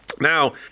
Now